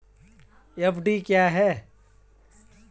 FD क्या है?